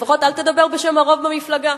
לפחות אל תדבר בשם הרוב במפלגה.